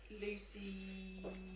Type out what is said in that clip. Lucy